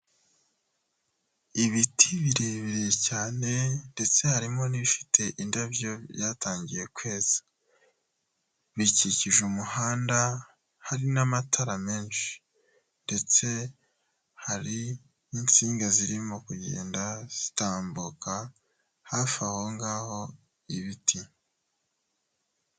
Ibiti birebire cyane, ndetse harimo n'ibifite indabyo byatangiye kweza. Bikikije umuhanda hari n'amatara menshi. Ndetse hari n'insinga zirimo kugenda zitambuka hafi aho ngaho ibiti.